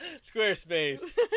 Squarespace